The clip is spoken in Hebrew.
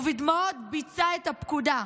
ובדמעות ביצע את הפקודה.